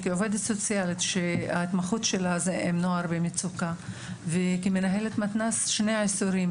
עובדת סוציאלית שההתמחות שלה היא נוער במצוקה וכמנהלת מתנ"ס שני עשורים